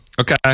okay